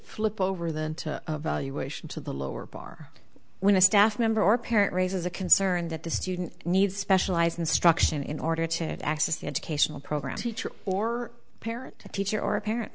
flip over the valuation to the lower bar when a staff member or parent raises a concern that the student needs specialized instruction in order to access the educational program teacher or parent teacher or parent